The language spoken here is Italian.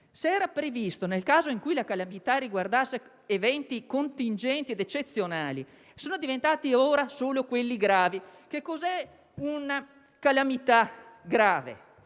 se era previsto nel caso in cui la calamità riguardava eventi contingenti ed eccezionali, ora si tratta solo di eventi gravi. Che cos'è una calamità grave?